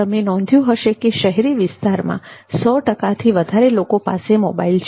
તમે નોંધ્યું હશે કે શહેરી વિસ્તારમાં ૧૦૦ ટકાથી વધારે લોકો પાસે મોબાઇલ છે